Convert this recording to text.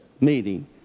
meeting